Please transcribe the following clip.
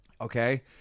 Okay